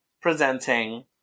presenting